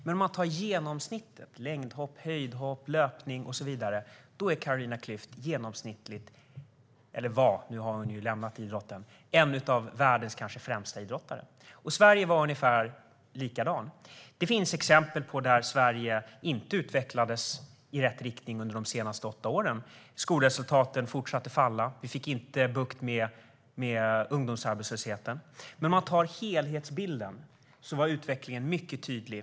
Men om man tar genomsnittet av längdhopp, höjdhopp, löpning och så vidare var Carolina Klüft - hon har ju lämnat idrotten - en av världens kanske främsta idrottare. Sverige var ungefär likadant. Det finns exempel där Sverige inte har utvecklats i rätt riktning under de senaste åtta åren. Skolresultaten fortsatte att falla, och vi fick inte bukt med ungdomsarbetslösheten. Men om man tar helhetsbilden var utvecklingen mycket tydlig.